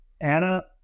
Anna